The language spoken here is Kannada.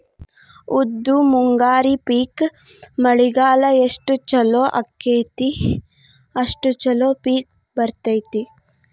ಉದ್ದು ಮುಂಗಾರಿ ಪಿಕ್ ಮಳಿಗಾಲ ಎಷ್ಟ ಚಲೋ ಅಕೈತಿ ಅಷ್ಟ ಚಲೋ ಪಿಕ್ ಬರ್ತೈತಿ